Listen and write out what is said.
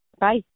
Bye